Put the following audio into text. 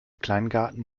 kleingarten